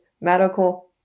medical